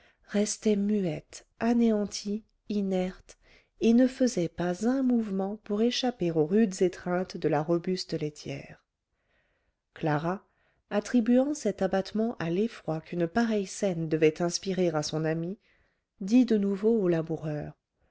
restait muette anéantie inerte et ne faisait pas un mouvement pour échapper aux rudes étreintes de la robuste laitière clara attribuant cet abattement à l'effroi qu'une pareille scène devait inspirer à son amie dit de nouveau